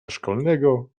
szkolnego